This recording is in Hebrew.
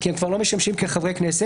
כי הם כבר לא משמשים כחברי כנסת,